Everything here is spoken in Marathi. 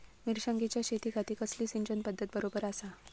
मिर्षागेंच्या शेतीखाती कसली सिंचन पध्दत बरोबर आसा?